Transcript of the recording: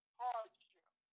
hardship